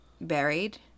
buried